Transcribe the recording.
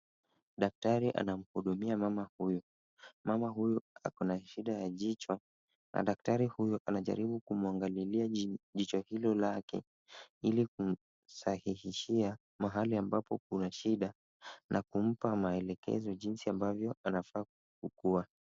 Daktari anamhudumia mama huyu. Mama huyu ana shida la jicho ,na daktari anajaribu kumuangalilia jicho hilo lake ili kumsahihishia mahali ambapo kuna shida, na kumpa maelekezo jinsi ambavyo anafaa kuwa.